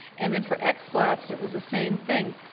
and then for xlaps it was the same thing.